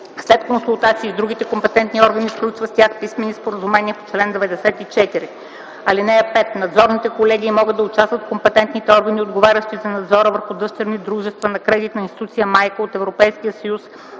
след консултации с другите компетентни органи сключва с тях писмени споразумения по чл. 94. (5) В надзорните колегии могат да участват компетентните органи, отговарящи за надзора върху дъщерни дружества на кредитна институция майка от Европейския съюз